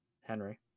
Henry